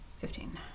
Fifteen